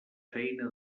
feina